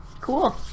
cool